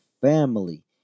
family